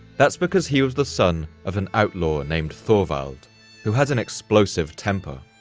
that's because he was the son of an outlaw named thorvald who had an explosive temper.